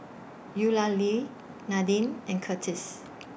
Eulalie Nadine and Curtis